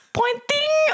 pointing